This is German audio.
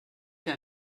hier